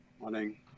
morning